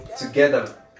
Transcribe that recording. together